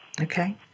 Okay